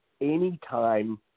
anytime